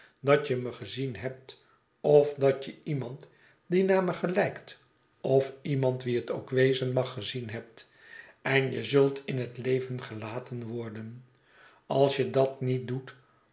dat je me gezien hebt of dat je iemand die naar me gelijkt of iemand wie net ook wezen mag gezien hebt en je zultin het leven gelaten worden als je dat niet doet